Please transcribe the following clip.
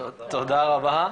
תודה רבה,